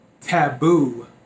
taboo